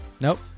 Nope